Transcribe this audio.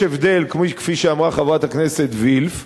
יש הבדל, כפי שאמרה חברת הכנסת וילף,